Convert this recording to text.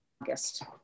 August